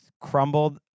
crumbled